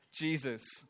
Jesus